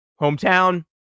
Hometown